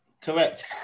Correct